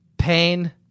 Pain